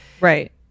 right